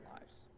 lives